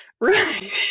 Right